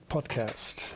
Podcast